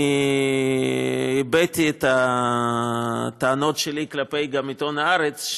אני הבעתי את הטענות שלי גם כלפי עיתון הארץ,